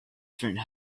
friend